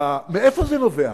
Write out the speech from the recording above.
מאיפה זה נובע,